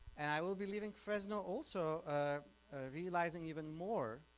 and i will be leaving fresno also realizing even more,